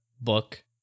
book